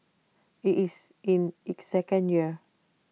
IT is in its second year